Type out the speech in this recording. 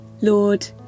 Lord